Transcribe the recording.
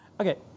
Okay